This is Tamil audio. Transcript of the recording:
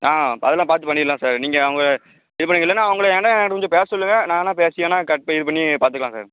ஆ அதெல்லாம் பார்த்து பண்ணிடலாம் சார் நீங்கள் அவங்க இப்போ நீங்கள் இல்லைனா அவங்கள வேணால் என்ட்ட கொஞ்சம் பேச சொல்லுங்க நான் வேணால் பேசி வேணால் கட் ப இது பண்ணி பார்த்துக்கலாம் சார்